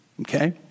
Okay